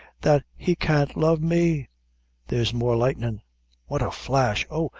that he can't love me there's more lightnin' what a flash! oh,